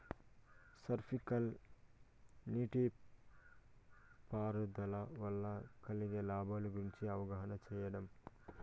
Sprinkle నీటిపారుదల వల్ల కలిగే లాభాల గురించి అవగాహన ఇయ్యడం?